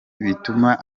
bituma